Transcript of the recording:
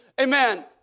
amen